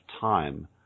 time